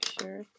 sure